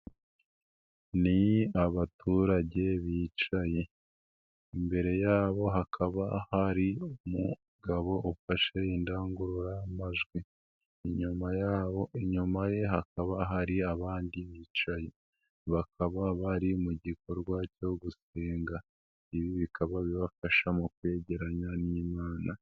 Ni abaturage bicaye imbere yabo hakaba hari umugabo ufashe indangururamajwi, inyuma yabo inyuma ye hakaba hari abandi bicaye bakaba bari mu gikorwa cyo gusenga, ibi bikaba bibafasha mu kwegerana n'imana.